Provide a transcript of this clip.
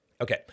Okay